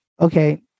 Okay